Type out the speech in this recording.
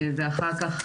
ואחר כך,